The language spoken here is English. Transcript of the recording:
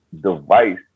device